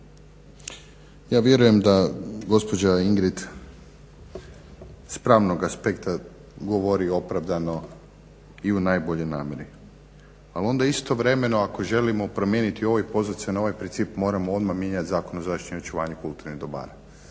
Ja vjerujem da gospođa Ingrid s pravnog aspekta govori opravdano i u najboljoj namjeri, ali onda istovremeno ako želimo promijeniti u ovoj poziciji na ovaj princip moramo odmah mijenjati Zakon o zaštiti i očuvanju kulturnih dobara